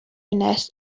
nest